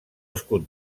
escut